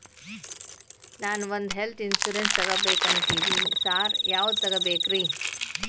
ನಾನ್ ಒಂದ್ health insurance ತಗಬೇಕಂತಿದೇನಿ sir ಯಾವದ ತಗಬೇಕ್ರಿ?